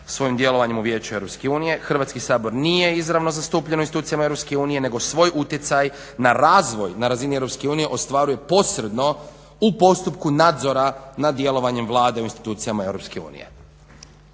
svojim djelovanjem u Vijeću EU Hrvatski sabor nije izravno zastupljen u institucijama EU nego svoj utjecaj na razvoj na razini EU ostvaruje posredno u postupku nadzora nad djelovanjem Vlade u institucijama EU.